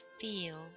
feel